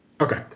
Okay